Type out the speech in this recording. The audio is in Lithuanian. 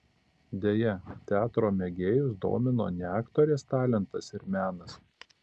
deja teatro mėgėjus domino ne aktorės talentas ir menas